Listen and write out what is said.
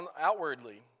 outwardly